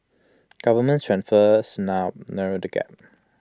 government transfers narrow the gap